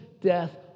death